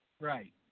Right